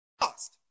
lost